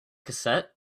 cassette